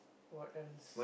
what else